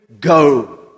go